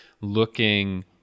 looking